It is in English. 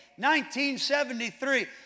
1973